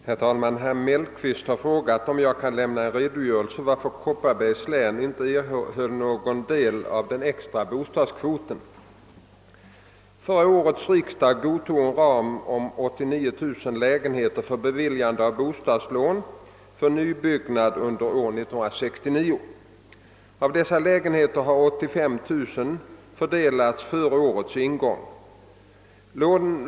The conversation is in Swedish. Herr talman! Herr Mellqvist har frågat om jag kan lämna en redogörelse varför Kopparbergs län inte erhöll någon del av den extra bostadskvoten. Förra årets riksdag godtog en ram om 89 000 lägenheter för beviljande av bostadslån för nybyggnad under år 1969. Av dessa lägenheter har 85 000 fördelats före årets ingång.